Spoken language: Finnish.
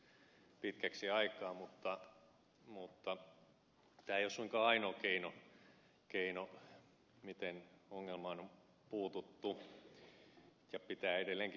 mutta tämä ei ole suinkaan ainoa keino miten ongelmaan on puututtu ja pitää edelleenkin puuttua